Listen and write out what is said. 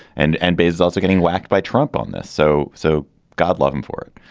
and and bezos also getting whacked by trump on this. so. so god love him for it